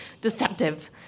deceptive